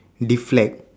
deflect